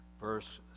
verse